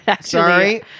Sorry